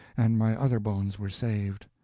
and my other bones were saved.